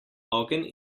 ogenj